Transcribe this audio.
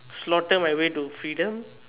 slaughter my way to freedom